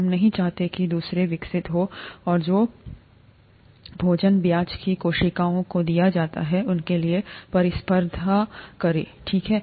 हम नहीं चाहते कि दूसरे विकसित हों और जो भोजन ब्याज की कोशिकाओं को दिया जाता है उसके लिए प्रतिस्पर्धा करें ठीक है